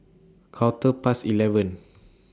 Quarter Past eleven